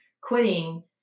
quitting